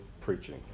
preaching